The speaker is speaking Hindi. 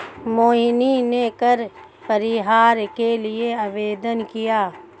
मोहिनी ने कर परिहार के लिए आवेदन किया